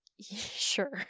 sure